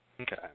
Okay